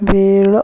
वेळ